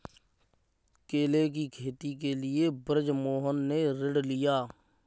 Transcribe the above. केले की खेती के लिए बृजमोहन ने ऋण लिया है